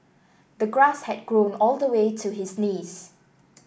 the grass had grown all the way to his knees